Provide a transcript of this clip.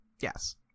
yes